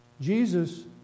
Jesus